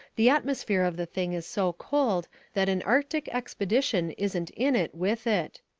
the atmosphere of the thing is so cold that an arctic expedition isn't in it with it.